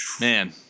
Man